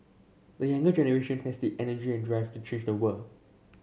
the younger generation has the energy and drive to change the world